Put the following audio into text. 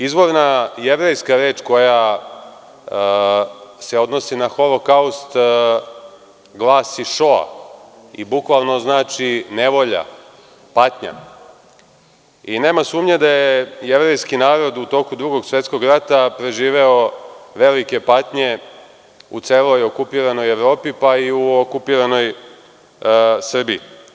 Izvorna jevrejska reč koja se odnosi na holokaust glasi šoa i bukvalno znači nevolja, patnja i nema sumnje da je jevrejski narod u toku Drugog svetskog rata preživeo velike patnje u celoj okupiranoj Evropi, pa i u okupiranoj Srbiji.